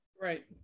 right